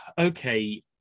okay